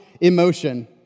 emotion